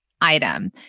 item